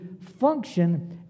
function